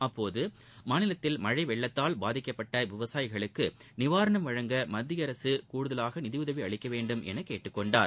அப்போது மாநிலத்தில் மழை வெள்ளத்தால் பாதிக்கப்பட்ட விவசாயிகளுக்கு நிவாரணம் வழங்க மத்திய அரசு கூடுதலாக நிதியுதவி அளிக்க வேண்டும் என கேட்டுக் கொண்டார்